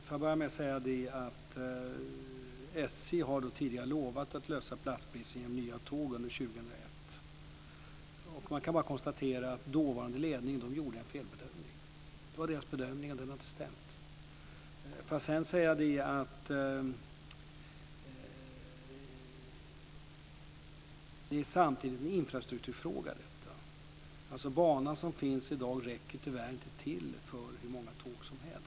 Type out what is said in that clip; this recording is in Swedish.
Fru talman! SJ har tidigare lovat att lösa problemet med platsbristen genom nya tåg under 2001. Man kan bara konstatera att dåvarande ledning gjorde en felbedömning. Det var deras bedömning, och den har inte stämt. Detta är samtidigt en fråga om infrastruktur. Banan som finns i dag räcker tyvärr inte till för hur många tåg som helst.